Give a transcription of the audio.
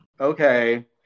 okay